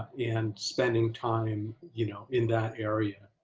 and spending time, you know, in that area,